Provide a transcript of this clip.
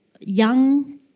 young